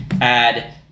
add